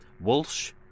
Walsh